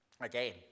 again